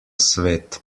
svet